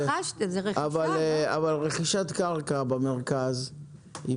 רכישת קרקע במרכז,